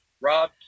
Rob